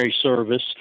service